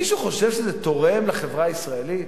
מישהו חושב שזה תורם לחברה הישראלית?